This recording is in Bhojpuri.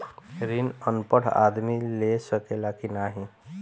ऋण अनपढ़ आदमी ले सके ला की नाहीं?